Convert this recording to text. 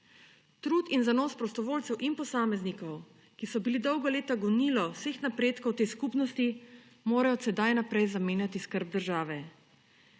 Trud in zanos prostovoljcev in posameznikov, ki so bili dolga leta gonilo vseh napredkov te skupnosti, mora od sedaj naprej zamenjati skrb države.